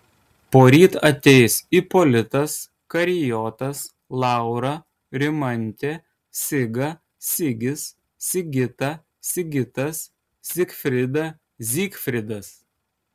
poryt ateis ipolitas karijotas laura rimantė siga sigis sigita sigitas zigfrida zygfridas